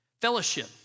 Fellowship